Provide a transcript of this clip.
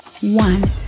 one